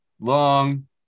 long